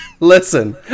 Listen